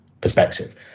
perspective